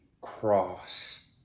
cross